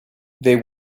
they